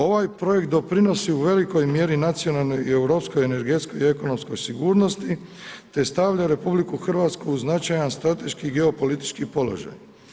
Ovaj projekt doprinosi u velikoj mjeri nacionalnoj i europskoj energetskoj i ekonomskoj sigurnosti te stavlja RH uz značajan strateški i geopolitički položaj.